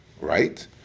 Right